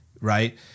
right